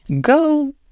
Go